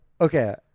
okay